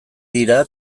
dira